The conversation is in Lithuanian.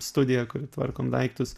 studija kuri tvarkom daiktus